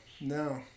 No